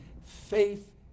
faith